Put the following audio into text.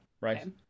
Right